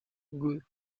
good